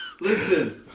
Listen